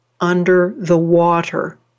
under-the-water